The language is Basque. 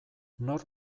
nor